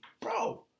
bro